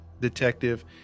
detective